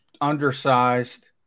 undersized